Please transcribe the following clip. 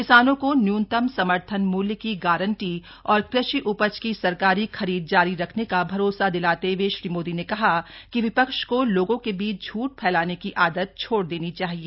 किसानों को न्य्नतम समर्थन मुल्य की गारंटी और कृषि उपज की सरकारी खरीद जारी रखने का भरोसा दिलाते हए श्री मोदी ने कहा कि विपक्ष को लोगों के बीच झूठ फैलाने की आदत छोड़ देनी चाहिए